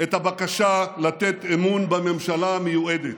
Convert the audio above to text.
את הבקשה לתת אמון בממשלה המיועדת,